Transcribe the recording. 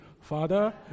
Father